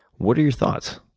what are your thoughts?